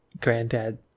granddad